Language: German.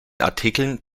artikeln